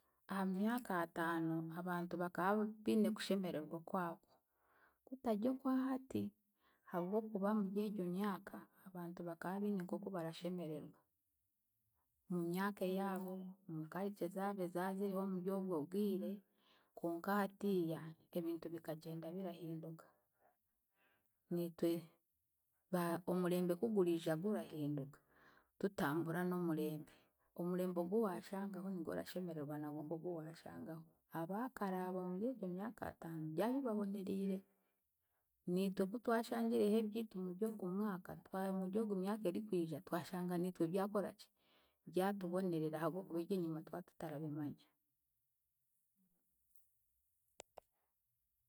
Aha myaka ataano, abantu baka biine okushemererwa okwabo, kutaryo okwahati, habwokuba muryegyo myaka, abantu bakabiine nkoku barashemererwa, mu myaka yaabo mu culture ezaabo eza ziriho mu ryobwo bwire, konka hatiiya ebintu bikagyenda birahinduka. Niitwe ba- omurembe kuguriija gurahinduka, tutambura n'omurembe, omurembe ogu waashangaho nigwe orashemeregwa nagwe nk'ogu waashangaho. Abaakare abo muryegyo myaka ataanno byabibaboneriire, nitwe kutwashangireho ebyitu muryogu mwaka twa- muryegu myaka erikwija twashanga nitwe byakoraki byatubonerera ahabw'okuba ebyenyima twatutarabimanya.